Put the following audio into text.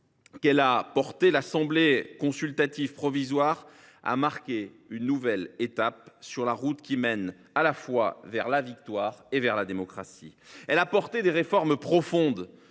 qu’elle a portés, l’Assemblée consultative provisoire a marqué une nouvelle étape sur la route qui mène à la fois vers la victoire et vers la démocratie. Elle a porté des réformes profondes